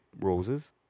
roses